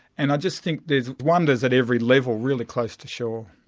and i just think there are wonders at every level really close to shore.